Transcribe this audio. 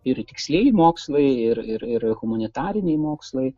ir tikslieji mokslai ir ir ir humanitariniai mokslai